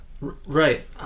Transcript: Right